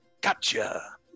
Gotcha